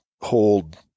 hold